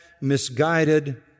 misguided